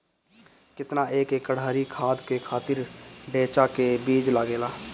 केतना एक एकड़ हरी खाद के खातिर ढैचा के बीज लागेला?